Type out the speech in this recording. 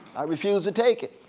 i refused to take it.